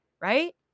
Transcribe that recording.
right